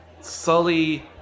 sully